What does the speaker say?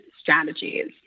strategies